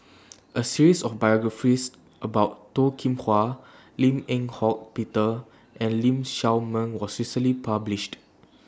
A series of biographies about Toh Kim Hwa Lim Eng Hock Peter and Lee Shao Meng was recently published